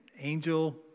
angel